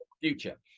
future